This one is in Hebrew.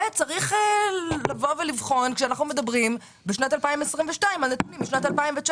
וגם זה בעייתי לבחון בשנת 2022 נתונים של שנת 2019,